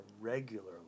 regularly